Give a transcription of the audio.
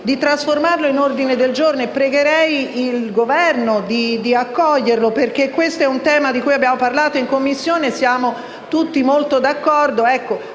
di trasformarlo in ordine del giorno e pregherei il Governo di accoglierlo, perché si tratta di un tema di cui abbiamo parlato in Commissione e su cui siamo tutti d’accordo.